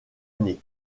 années